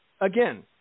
again